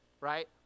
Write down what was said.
right